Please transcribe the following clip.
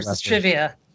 Trivia